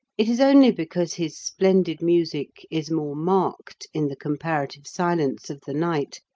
it is only because his splendid music is more marked in the comparative silence of the night,